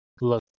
look